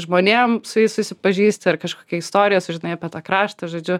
žmonėm su jais susipažįsti ar kažkokią istoriją sužinai apie tą kraštą žodžiu